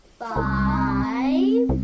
five